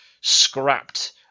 scrapped